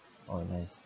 oh nice